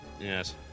yes